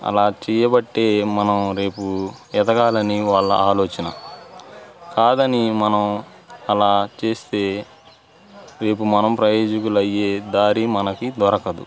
అలా చేయబట్టి మనం రేపు ఎదగాలని వాళ్ళ ఆలోచన కాదని మనం అలా చేస్తే రేపు మనం ప్రయోజుకులు అయ్యే దారి మనకు దొరకదు